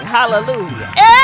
Hallelujah